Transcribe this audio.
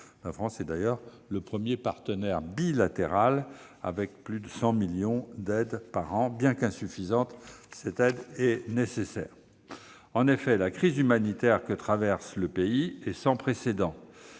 Elle est d'ailleurs son premier partenaire bilatéral avec plus de 100 millions d'euros par an. Bien qu'insuffisante, cette aide est nécessaire. En effet, la crise humanitaire que traverse le pays est sans précédent.